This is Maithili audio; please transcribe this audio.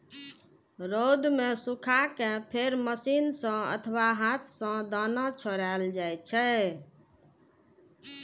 रौद मे सुखा कें फेर मशीन सं अथवा हाथ सं दाना छोड़ायल जाइ छै